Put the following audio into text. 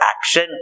action